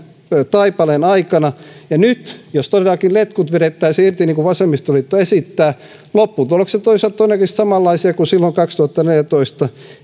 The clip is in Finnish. taipaleen aikana ja nyt jos todellakin letkut vedettäisiin irti niin kuin vasemmistoliitto esittää lopputulokset olisivat todennäköisesti samanlaisia kuin silloin kaksituhattaneljätoista